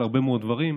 על הרבה מאוד דברים,